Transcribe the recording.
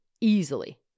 easily